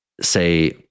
say